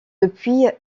depuis